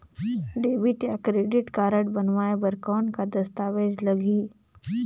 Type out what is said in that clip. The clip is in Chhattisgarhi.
डेबिट या क्रेडिट कारड बनवाय बर कौन का दस्तावेज लगही?